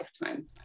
lifetime